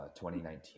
2019